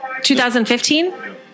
2015